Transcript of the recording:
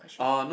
question